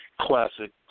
Classic